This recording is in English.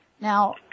Now